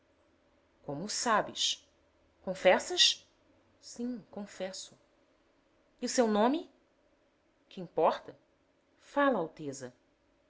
o sabes confessas sim confesso e o seu nome qu'importa fala alteza